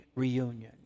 Reunion